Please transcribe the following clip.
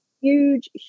huge